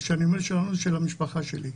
כשאני אומר שלנו זה של המשפחה שלי.